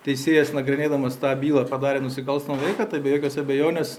teisėjas nagrinėdamas tą bylą padarė nusikalstamą veiką be jokios abejonės